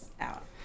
out